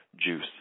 juice